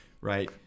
right